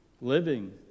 living